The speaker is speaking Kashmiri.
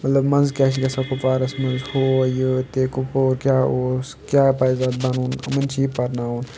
مطلب منٛزٕ کیٛاہ چھِ گژھان کُپوارَس منٛز ہو یہِ تہِ کُپوور کیٛاہ اوس کیٛاہ پَزَن بَنُن یِمَن چھِ یہِ پَرناوُن